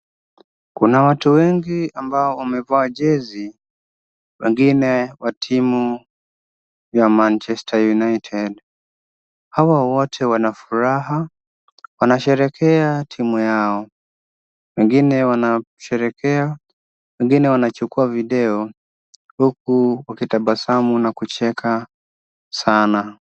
Kuna watu wengi ambao wamevaa jezi, wengine wa timu ya Manchester United. Hawa wote wana furaha, wanasherehekea timu yao, wengine wanasherehekea, wengine wanachukua video, huku wakitabasamu na kucheka sana.